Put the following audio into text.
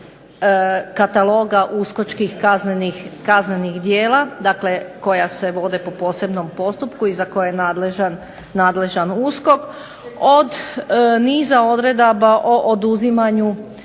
kataloga uskočkih kaznenih djela dakle koja se vode po posebnom postupku i za koja je nadležan USKOK, od niza odredaba o oduzimanju